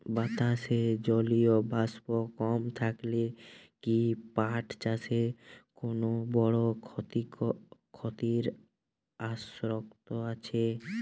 বাতাসে জলীয় বাষ্প কম থাকলে কি পাট চাষে কোনো বড় ক্ষতির আশঙ্কা আছে?